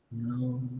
No